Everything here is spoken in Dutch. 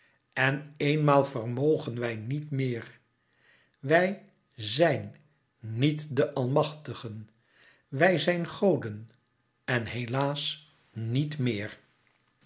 en eenmaal vermogen wij niet meer wij zijn niet de almachtigen wij zijn goden en helaas niet meer